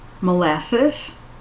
molasses